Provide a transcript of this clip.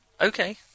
Okay